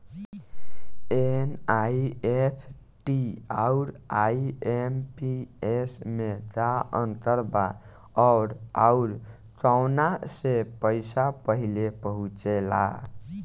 NEFT आउर IMPS मे का अंतर बा और आउर कौना से पैसा पहिले पहुंचेला?